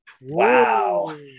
Wow